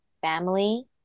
family